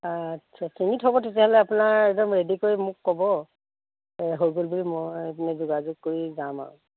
আচ্ছা ছিঙি হ'ব তেতিয়াহ'লে আপোনাৰ একদম ৰেডী কৰি মোক ক'ব হৈ গ'ল বুলি মই যোগাযোগ কৰি যাম আৰু